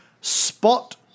spot